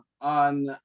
on